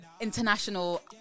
international